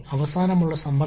അതിനാൽ മൊത്തം വർക്ക്